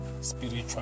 spiritual